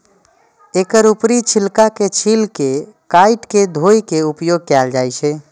एकर ऊपरी छिलका के छील के काटि के धोय के उपयोग कैल जाए छै